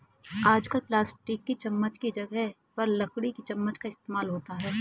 आजकल प्लास्टिक की चमच्च की जगह पर लकड़ी की चमच्च का इस्तेमाल होता है